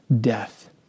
death